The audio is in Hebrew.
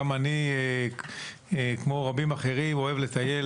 גם אני, כמו רבים אחרים, אוהב לטייל.